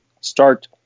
start